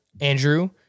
Andrew